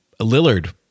Lillard